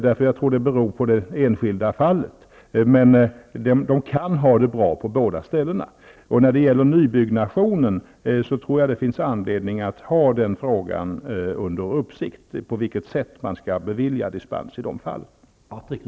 Jag tror att det beror på det enskilda fallet. Det kan har det bra på båda ställerna. Jag tror att det finns anledning att ha frågan om nybyggnation under uppsikt med tanke på vilket sätt dispenser skall beviljas i de fallen.